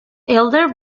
elder